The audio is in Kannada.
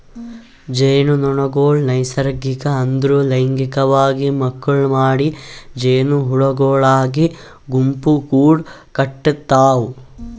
ಜೇನುನೊಣಗೊಳ್ ನೈಸರ್ಗಿಕ ಅಂದುರ್ ಲೈಂಗಿಕವಾಗಿ ಮಕ್ಕುಳ್ ಮಾಡಿ ಜೇನುಹುಳಗೊಳಾಗಿ ಗುಂಪುಗೂಡ್ ಕಟತಾವ್